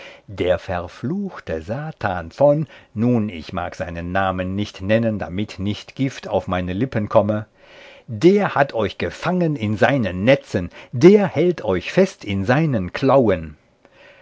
der verfluchte satan von nun ich mag seinen namen nicht nennen damit nicht gift auf meine lippen komme der hat euch gefangen in seinen netzen der hält euch fest in seinen klauen